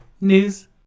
news